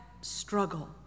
struggle